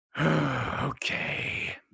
okay